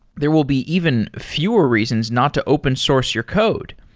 there will be even fewer reasons not to open source your code.